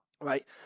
right